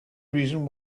reason